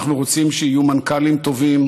אנחנו רוצים שיהיו מנכ"לים טובים,